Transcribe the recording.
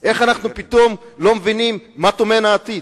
איך אנחנו פתאום לא מבינים מה טומן העתיד?